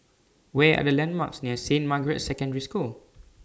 Where Are The landmarks near Saint Margaret's Secondary School